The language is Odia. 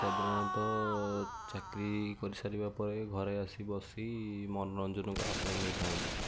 ସାଧାରଣତଃ ଚାକିରି କରିସାରିବାପରେ ଘରେ ଆସି ବସି ମନୋରଞ୍ଜନକୁ ଆପଣାଇ ନେଇଥାନ୍ତି